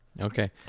Okay